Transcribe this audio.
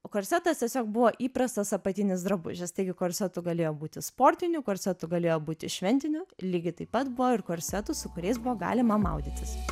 korsetas tiesiog buvo įprastas apatinis drabužis taigi korsetu galėjo būti sportiniu korsetu galėjo būti šventiniu lygiai taip pat buvo ir korsetų su kuriais buvo galima maudytis